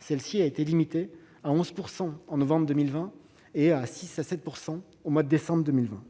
celle-ci a été limitée à 11 % en novembre 2020 et à entre 6 % et 7 % au mois de décembre 2020.